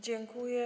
Dziękuję.